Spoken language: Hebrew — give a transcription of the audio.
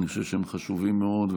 אני חושב שהם חשובים מאוד,